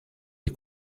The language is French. les